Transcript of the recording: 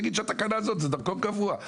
תגיד שהתקנה הזאת זה דרכון קבוע.